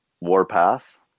Warpath